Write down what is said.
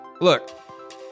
Look